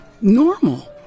normal